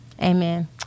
Amen